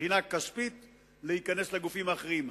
מבחינה כספית להיכנס לגופים האחרים.